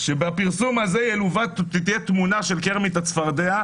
שבפרסום הזאת תהיה תמונה של קרמיט הצפרדע,